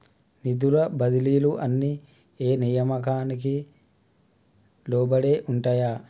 నిధుల బదిలీలు అన్ని ఏ నియామకానికి లోబడి ఉంటాయి?